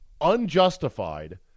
unjustified